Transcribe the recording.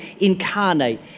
incarnate